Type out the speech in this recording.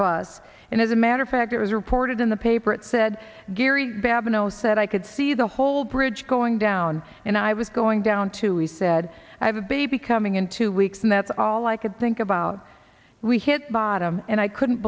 bus and as a matter of fact it was reported in the paper it said gary babineau said i could see the whole bridge going down and i was going down to he said i have a baby coming in two weeks and that's all i could think about we hit bottom and i couldn't